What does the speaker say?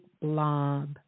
blob